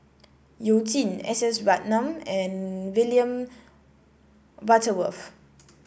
You Jin S S Ratnam and William Butterworth